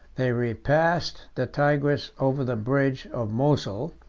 they repassed the tigris over the bridge of mosul,